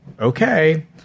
okay